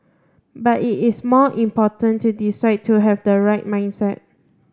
but it is more important to decide to have the right mindset